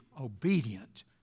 obedient